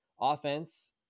Offense